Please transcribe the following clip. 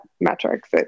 metrics